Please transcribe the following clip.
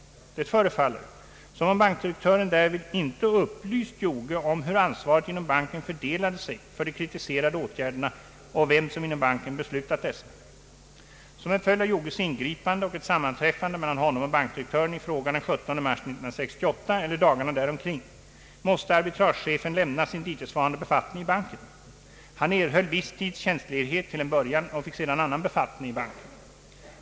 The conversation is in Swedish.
Det förefaller som om bankdirektören därvid inte upplyst Joge om hur ansvaret inom banken fördelade sig för de kritiserade åtgärderna och vem som inom banken beslutat dessa. Som en följd av Joges ingripande och ett sammanträffande mellan honom och bankdirektören i fråga den 17 mars 1968 eller dagarna däromkring måste arbitragechefen lämna sin dittillsvarande befattning i banken. Han erhöll viss tids tjänstledigbet till en början och fick sedan annan befattning i banken.